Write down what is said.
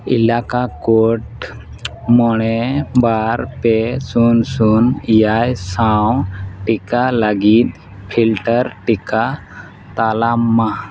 ᱮᱞᱟᱠᱟ ᱢᱚᱬᱮ ᱵᱟᱨ ᱯᱮ ᱥᱩᱱ ᱥᱩᱱ ᱮᱭᱟᱭ ᱥᱟᱶ ᱴᱤᱠᱟ ᱞᱟᱹᱜᱤᱫ ᱯᱷᱤᱞᱴᱟᱨ ᱴᱤᱠᱟ ᱛᱟᱞᱢᱟ